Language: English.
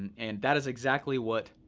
and that is exactly what